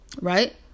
right